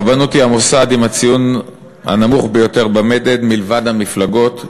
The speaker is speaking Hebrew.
הרבנות היא המוסד עם הציון הנמוך ביותר במדד מלבד המפלגות,